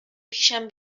پیشم